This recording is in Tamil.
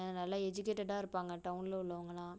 நல்லா எஜுகேட்டடாக இருப்பாங்கள் டவுன்ல உள்ளவங்கள்லாம்